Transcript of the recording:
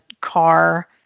car